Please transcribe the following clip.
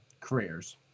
careers